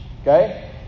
Okay